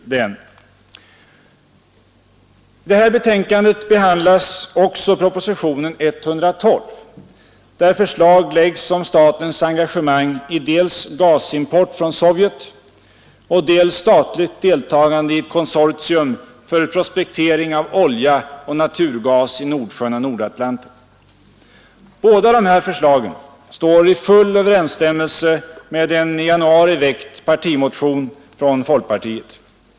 Förevarande utskottsbetänkande behandlar också propositionen 112, i vilken förslag framläggs om statens engagemang i dels gasimport från Sovjet, dels statligt deltagande i ett konsortium för prospektering av olja och naturgas i Nordsjön och Nordatlanten. Båda de här förslagen står i full överensstämmelse med en i januari väckt partimotion från folkpartiet.